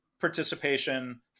participation